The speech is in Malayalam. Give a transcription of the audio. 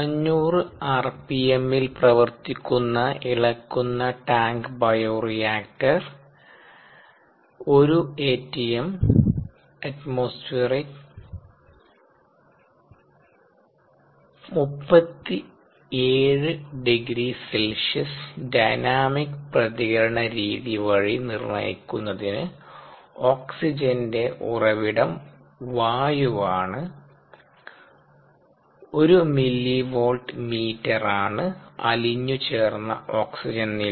500 rpm ൽ പ്രവർത്തിക്കുന്ന ഇളക്കുന്ന tank bioreactor 1 atm 37 degree C dynamic പ്രതികരണ രീതി വഴി നിർണ്ണയിക്കുന്നതിന് ഓക്സിജന്റെ ഉറവിടം വായുവാണ് ഒരു മില്ലിവോൾട്ട് മീറ്റർ ആണ് അലിഞ്ഞു ചേർന്ന ഓക്സിജൻ നില